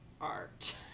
art